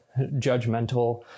judgmental